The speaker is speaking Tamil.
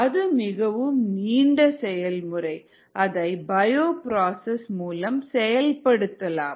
அது மிகவும் நீண்ட செயல்முறை அதை பயோப்ராசஸ் மூலம் செயல்படுத்தலாம்